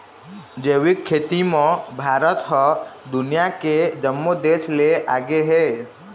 जैविक खेती म भारत ह दुनिया के जम्मो देस ले आगे हे